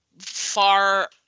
far